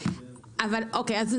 אז אם